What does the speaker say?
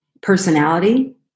personality